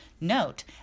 Note